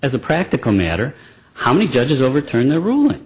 as a practical matter how many judges overturn their ruling